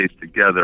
together